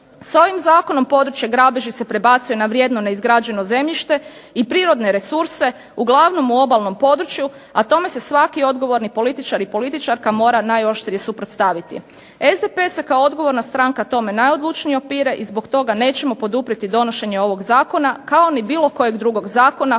S ovim zakonom područje grabeži se prebacuje na vrijedno neizgrađeno zemljište i prirodne resurse, uglavnom u obalnom području, a tome se svaki odgovorni političar i političarka mora najoštrije suprotstaviti. SDP se kao odgovorna stranka tome najodlučnije opire i zbog toga nećemo poduprijeti donošenje ovog zakona kao ni bilo kojeg drugog zakona